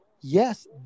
yes